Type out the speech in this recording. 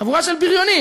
חבורה של בריונים.